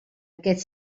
aquest